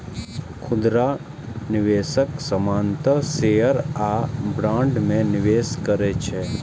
खुदरा निवेशक सामान्यतः शेयर आ बॉन्ड मे निवेश करै छै